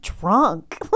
drunk